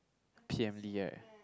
P_M-Lee right